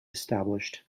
established